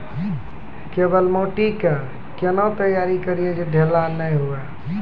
केवाल माटी के कैना तैयारी करिए जे ढेला नैय हुए?